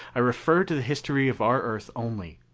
i refer to the history of our earth only.